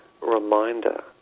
reminder